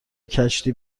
کشتی